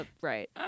right